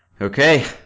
Okay